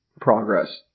progress